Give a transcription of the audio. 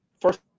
First